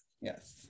Yes